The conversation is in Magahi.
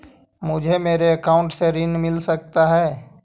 मुझे मेरे अकाउंट से ऋण मिल सकता है?